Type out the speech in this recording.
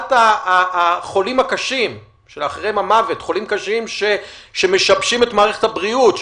החולים הקשים שמשבשים את מערכת הבריאות,